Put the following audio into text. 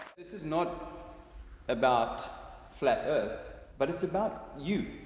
this is not about flat earth but it's about you.